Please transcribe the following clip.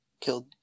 killed